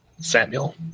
Samuel